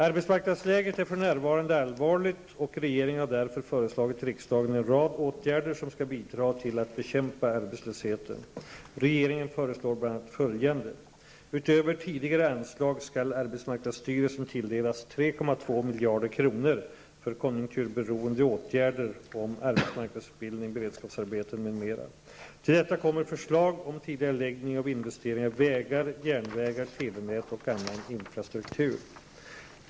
Arbetsmarknadsläget är för närvarande allvarligt, och regeringen har därför föreslagit riksdagen en rad åtgärder som skall bidra till att bekämpa arbetslösheten. Regeringen föreslår bl.a. följande: Utöver tidigare anslag skall arbetsmarknadsstyrelsen tilldelas 3,2 miljarder kronor för konjunkturberoende åtgärder som arbetsmarknadsutbildning, beredskapsarbeten m.m. Till detta kommer förslag om tidigareläggning av investeringar i vägar, järnvägar, telenät och annan infrastruktur.